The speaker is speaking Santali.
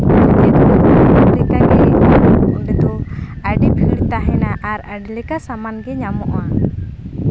ᱚᱸᱰᱮ ᱫᱚ ᱟᱹᱰᱤ ᱵᱷᱤᱲ ᱛᱟᱦᱮᱱᱟ ᱟᱨ ᱟᱹᱰᱤ ᱞᱮᱠᱟ ᱥᱟᱢᱟᱱᱜᱮ ᱧᱟᱢᱚᱜᱼᱟ